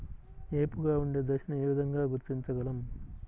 ఏపుగా ఉండే దశను ఏ విధంగా గుర్తించగలం?